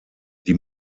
die